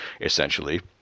essentially